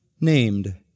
named